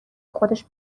خودش